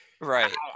right